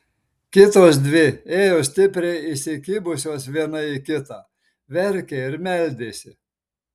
kitos dvi ėjo stipriai įsikibusios viena į kitą verkė ir meldėsi